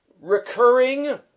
recurring